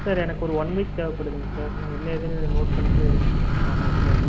sir எனக்கு ஒரு one week தேவைப்படுத்துங்க சார் என்ன ஏதுன்னு நோட் பண்ணிகிட்டு ஆமாம்ங்க சார்